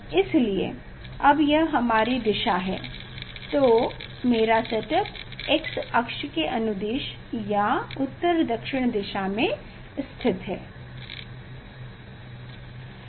इसलिए अब यह हमारी दिशा हैतो मेरा सेटअप X अक्ष के अनुदिश या उत्तर दक्षिण दिशा में स्थित है